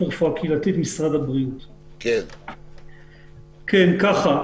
קודם כול,